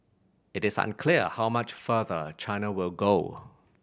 it is unclear how much farther China will go